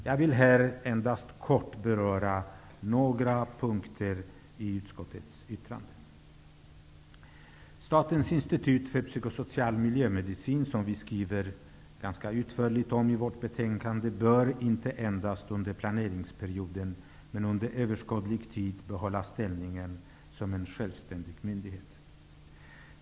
Jag vill här endast kort beröra några punkter i utskottets betänkande. Statens institut för psykosocial miljömedicin, som vi har skrivit ganska utförligt om i betänkandet, bör inte endast under planeringsperioden utan under överskådlig tid behålla ställningen som en självständig myndighet.